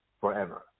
forever